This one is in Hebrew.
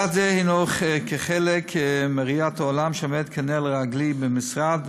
יעד זה הוא חלק מראיית העולם שעומדת כנר לרגלי המשרד,